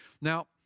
Now